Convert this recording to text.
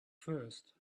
first